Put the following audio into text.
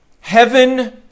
Heaven